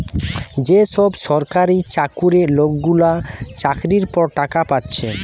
যে সব সরকারি চাকুরে লোকগুলা চাকরির পর টাকা পাচ্ছে